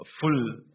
full